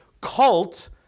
Cult